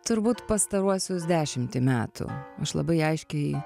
turbūt pastaruosius dešimtį metų aš labai aiškiai